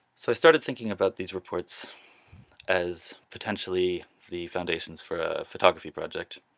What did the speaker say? so i started thinking about these reports as potentially the foundations for a photography project